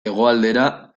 hegoaldera